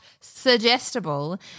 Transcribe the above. suggestible